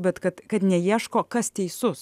bet kad kad neieško kas teisus